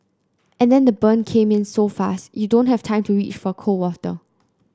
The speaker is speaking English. and then the burn came in so fast you don't have time to reach for cold water